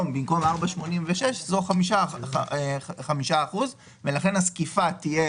במקום 4.86 יהיה 5%. הזקיפה כאן תהיה